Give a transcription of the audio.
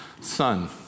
son